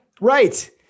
Right